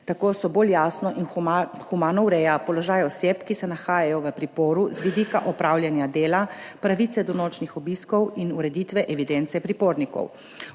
Tako bolj jasno in humano ureja položaj oseb, ki se nahajajo v priporu, z vidika opravljanja dela, pravice do nočnih obiskov in ureditve evidence pripornikov.